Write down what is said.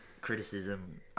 criticism